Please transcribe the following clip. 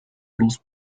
blues